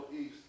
East